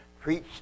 Preach